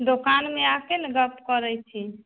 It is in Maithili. दोकानमे आबिके ने गप करै छी